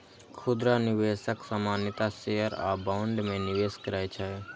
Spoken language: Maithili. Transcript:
खुदरा निवेशक सामान्यतः शेयर आ बॉन्ड मे निवेश करै छै